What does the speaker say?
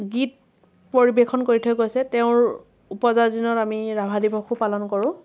গীত পৰিৱেশন কৰি থৈ গৈছে তেওঁৰ ওপজা দিনত আমি ৰাভা দিৱসো পালন কৰোঁ